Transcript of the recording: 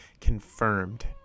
confirmed